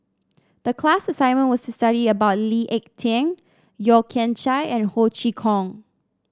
the class assignment was to study about Lee Ek Tieng Yeo Kian Chye and Ho Chee Kong